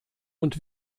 und